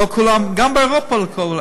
גם באירופה לא כל,